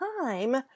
time